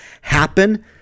happen